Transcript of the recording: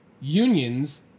unions